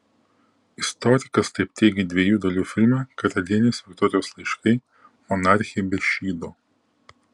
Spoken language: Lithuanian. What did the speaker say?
istorikas taip teigė dviejų dalių filme karalienės viktorijos laiškai monarchė be šydo